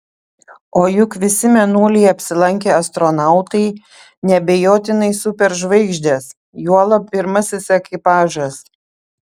o juk visi mėnulyje apsilankę astronautai neabejotinai superžvaigždės juolab pirmasis ekipažas